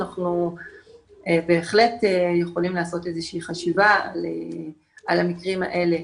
אנחנו בהחלט יכולים לעשות איזה שהיא חשיבה על המקרים האלה,